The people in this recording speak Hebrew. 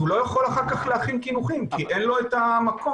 הוא לא יכול אחר כך להכין קינוחים כי אין לו את המקום.